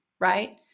right